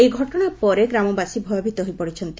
ଏହି ଘଟଣା ପରେ ଗ୍ରାମବାସୀ ଭୟଭୀତ ହୋଇପଡ଼ିଛନ୍ତି